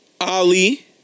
Ali